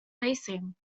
facing